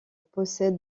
possède